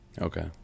Okay